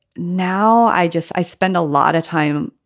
now i just i spend a lot of time,